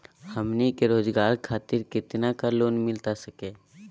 हमनी के रोगजागर खातिर कितना का लोन मिलता सके?